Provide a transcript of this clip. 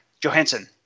Johansson